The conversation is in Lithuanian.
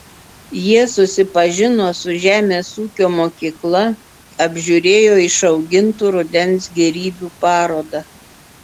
jie susipažino su žemės ūkio mokykla apžiūrėjo išaugintų rudens gėrybių parodą